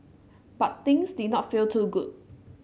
but things did not feel too good